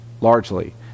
largely